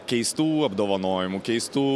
keistų apdovanojimų keistų